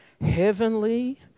heavenly